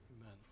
Amen